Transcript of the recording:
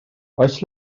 oes